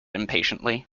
impatiently